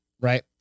Right